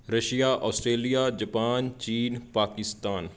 Russia Australia Japan ਚੀਨ ਪਾਕਿਸਤਾਨ